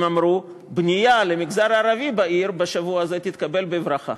הם אמרו: בנייה למגזר הערבי בעיר בשבוע הזה תתקבל בברכה.